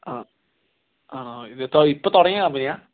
ആ ആ ഇത് ഇപ്പോൾ തുടങ്ങിയ കമ്പനി ആണോ